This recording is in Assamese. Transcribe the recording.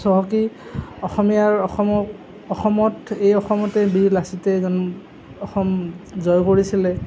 চহকী অসমীয়াৰ অসমৰ অসমত এই অসমতেই বীৰ লাচিতে অসম জয় কৰিছিলে